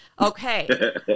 Okay